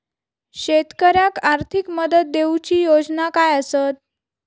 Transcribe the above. शेतकऱ्याक आर्थिक मदत देऊची योजना काय आसत?